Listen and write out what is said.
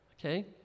okay